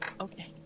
okay